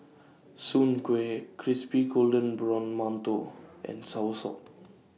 Soon Kueh Crispy Golden Brown mantou and Soursop